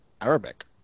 Arabic